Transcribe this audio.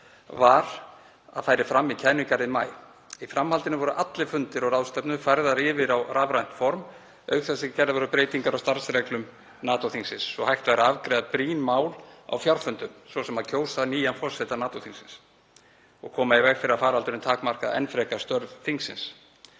var að færi fram í Kænugarði í maí. Í framhaldinu voru allir fundir og ráðstefnur færðar yfir á rafrænt form auk þess sem gerðar voru breytingar á starfsreglum NATO-þingsins svo hægt væri að afgreiða brýn mál á fjarfundum, svo sem að kjósa nýjan forseta NATO-þingsins, og koma í veg fyrir að faraldurinn takmarkaði enn frekar störf þingsins.